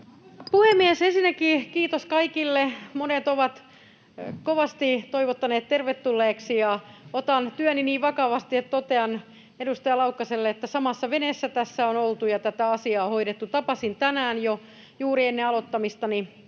puhemies! Ensinnäkin kiitos kaikille. Monet ovat kovasti toivottaneet tervetulleeksi, ja otan työni niin vakavasti, että totean edustaja Laukkaselle, että samassa veneessä tässä on oltu ja tätä asiaa hoidettu. Tapasin tänään, jo juuri ennen aloittamistani,